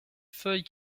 feuille